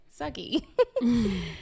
Sucky